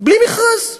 בלי מכרז מקבלת.